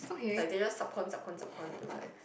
like they just sub con sub con sub con to like